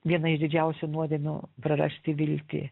viena iš didžiausių nuodėmių prarasti viltį